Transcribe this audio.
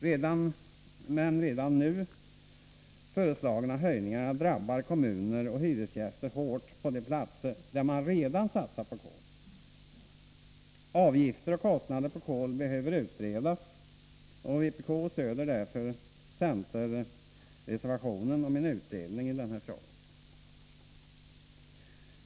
Men redan den nu föreslagna höjningen drabbar kommuner och hyresgäster hårt på de platser där man redan satsat på kol. Avgifter och kostnader på kol behöver utredas. Vpk stöder därför centerreservationen om en utredning av frågan.